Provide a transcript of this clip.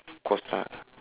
of course lah